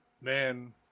Man